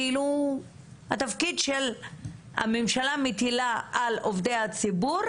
כאילו התפקיד שהממשלה מטילה על עובדי הציבור,